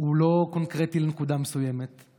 הוא לא קונקרטי לנקודה מסוימת,